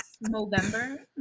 November